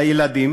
לילדים,